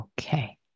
Okay